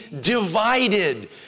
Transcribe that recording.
divided